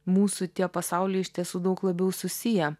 mūsų tie pasauliai iš tiesų daug labiau susiję